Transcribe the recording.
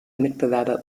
mitbewerber